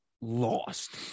lost